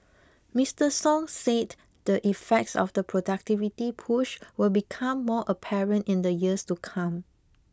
Mister Song said the effects of the productivity push will become more apparent in the years to come